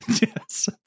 Yes